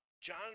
John